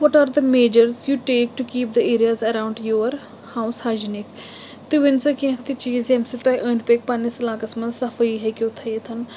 what are the measures you take to keep the areas around your house hygienic تُہۍ ؤنِو سا کیٚنٛہہ تہِ چیٖز ییٚمہِ سۭتۍ تۄہہِ أنٛدۍ پٔکۍ پَنٛنِس علاقَس منٛز صفٲیی ہیٚکِو تھٲیِتھ